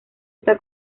está